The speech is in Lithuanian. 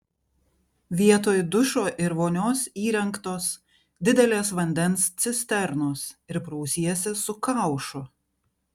vietoj dušo ir vonios įrengtos didelės vandens cisternos ir prausiesi su kaušu